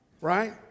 right